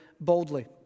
boldly